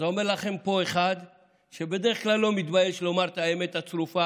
אז אומר לכם פה אחד שבדרך כלל לא מתבייש לומר את האמת הצרופה: